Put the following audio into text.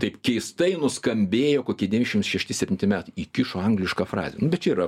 taip keistai nuskambėjo kokie devyniasdešimt šešti septinti metai įkišo anglišką frazę nu bet čia yra